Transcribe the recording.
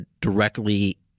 directly